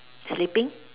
sleeping